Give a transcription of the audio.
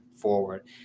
forward